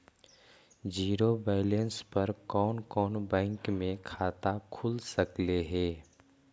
Zero balance पर कोन कोन बैंक में खाता खुल सकले हे?